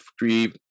three